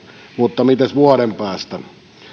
mutta mitenkäs vuoden päästä